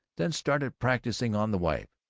then started practising on the wife.